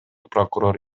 прокурор